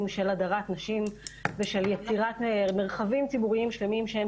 של הדרת נשים ושל יצירת מרחבים ציבוריים שלמים שהם